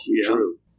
True